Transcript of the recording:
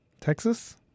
Texas